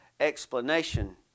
explanation